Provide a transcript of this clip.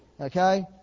Okay